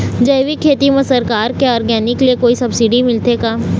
जैविक खेती म सरकार के ऑर्गेनिक ले कोई सब्सिडी मिलथे का?